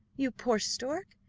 you poor stork!